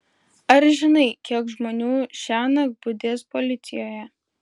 ar žinai kiek žmonių šiąnakt budės policijoje